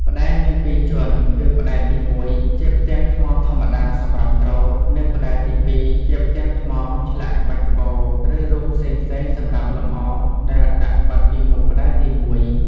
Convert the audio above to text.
ផ្តែរមានពីរជាន់ គឺផ្តែរទី១ ជាផ្ទាំងថ្មធម្មតាសម្រាប់ទ្រ និងផ្តែរទី២ ជាផ្ទាំងថ្មឆ្លាក់ក្បាច់ក្បូរ ឬរូបផ្សេងៗសម្រាប់លម្អ ដែលដាក់បិទពីមុខផ្តែរទី១។